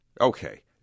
Okay